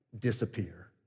disappear